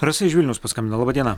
tersa iš vilniaus paskambino laba diena